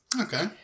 Okay